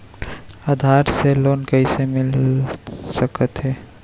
आधार से लोन कइसे मिलिस सकथे?